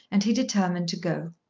and he determined to go.